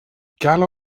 gallo